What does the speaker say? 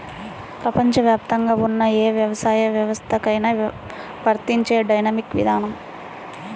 ప్రపంచవ్యాప్తంగా ఉన్న ఏ వ్యవసాయ వ్యవస్థకైనా వర్తించే డైనమిక్ విధానం